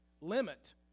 limit